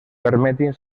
permetin